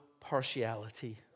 partiality